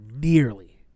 nearly